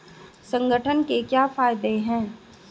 संगठन के क्या फायदें हैं?